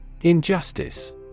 Injustice